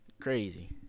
crazy